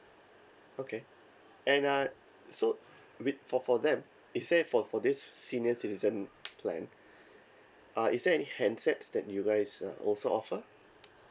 okay and uh so wait for for them is there for for this senior citizen plan uh is there any handsets that you guys uh also offer